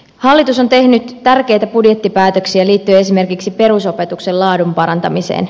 hallitus on tehnyt tärkeitä budjettipäätöksiä liittyen esimerkiksi perusopetuksen laadun parantamiseen